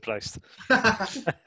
surprised